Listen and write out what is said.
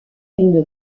une